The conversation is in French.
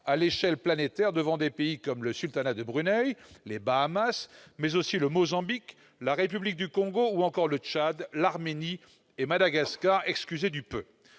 à l'échelle planétaire, devant des pays comme le sultanat de Brunei, les Bahamas, mais aussi le Mozambique, la République du Congo ou encore le Tchad, l'Arménie et Madagascar, excusez du peu